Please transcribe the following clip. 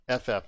ff